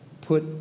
put